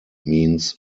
means